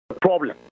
problem